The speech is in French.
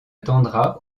attendra